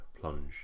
plunge